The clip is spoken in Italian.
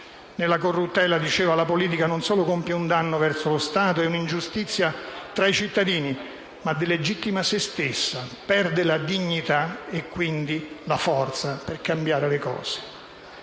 Nella corruttela - diceva - la politica non solo compie un danno verso lo Stato e un'ingiustizia tra i cittadini, ma delegittima se stessa, perde la dignità e quindi la forza per cambiare le cose.